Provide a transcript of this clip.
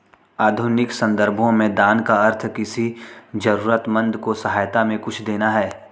आधुनिक सन्दर्भों में दान का अर्थ किसी जरूरतमन्द को सहायता में कुछ देना है